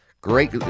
Great